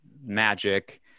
magic